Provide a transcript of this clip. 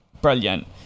brilliant